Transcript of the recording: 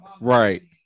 Right